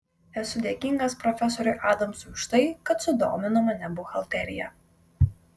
esu dėkingas profesoriui adamsui už tai kad sudomino mane buhalterija